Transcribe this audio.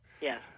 Yes